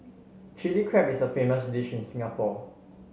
Chilli Crab is a famous dish in Singapore